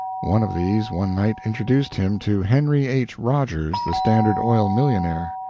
one of these one night introduced him to henry h. rogers, the standard oil millionaire.